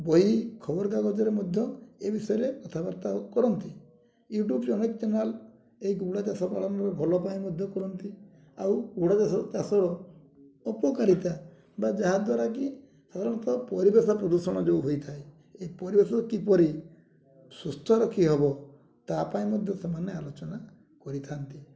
ବହି ଖବରକାଗଜରେ ମଧ୍ୟ ଏ ବିଷୟରେ କଥାବାର୍ତ୍ତା ଆଉ କରନ୍ତି ୟୁଟ୍ୟୁବ୍ ଅନେକ ଚ୍ୟାନେଲ୍ ଏଇ ଗୁଡ଼ା ଚାଷ ପାଳନରେ ଭଲ ପାଇଁ ମଧ୍ୟ କରନ୍ତି ଆଉ ଗୁଡ଼ା ଚାଷ ଚାଷର ଅପକାରିତା ବା ଯାହାଦ୍ୱାରା କି ସାଧାରଣତଃ ପରିବେଶ ପ୍ରଦୂଷଣ ଯେଉଁ ହୋଇଥାଏ ଏ ପରିବେଶ କିପରି ସୁସ୍ଥ ରଖି ହେବ ତା ପାଇଁ ମଧ୍ୟ ସେମାନେ ଆଲୋଚନା କରିଥାନ୍ତି